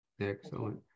Excellent